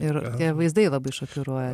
ir tie vaizdai labai šokiruoja